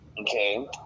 okay